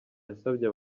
yasabye